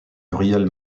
muriel